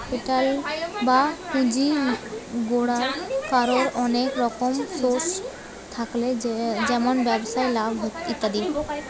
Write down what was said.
capital বা পুঁজি জোগাড় কোরার অনেক রকম সোর্স থাকছে যেমন ব্যবসায় লাভ ইত্যাদি